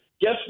Guess